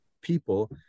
people